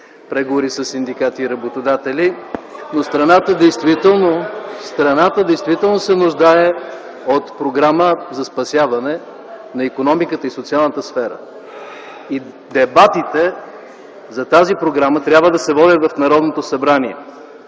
преговори със синдикати и работодатели. (Шум и реплики от ГЕРБ.) Страната действително се нуждае от програма за спасяване на икономиката и социалната сфера. Дебатите за тази програма трябва да се водят в Народното събрание.